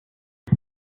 you